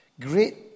Great